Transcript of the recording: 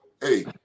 hey